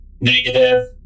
Negative